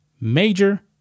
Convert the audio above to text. Major